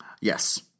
Yes